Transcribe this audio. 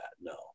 No